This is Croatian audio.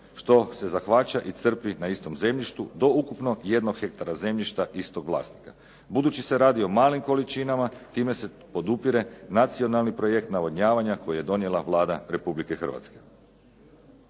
što se zahvaća i crpi na istom zemljištu do ukupno jednog hektara zemljišta istog vlasnika. Budući se radi o malim količinama time se podupire nacionalni projekt navodnjavanja koji je donijela Vlada Republike Hrvatske.